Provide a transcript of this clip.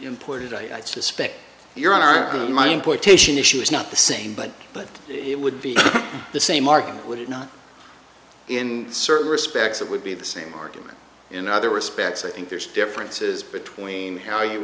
imported i suspect you're on our own my importation issue is not the same but but it would be the same argument would it not in certain respects it would be the same argument in other respects i think there's differences between how you